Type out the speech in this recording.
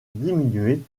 diminuée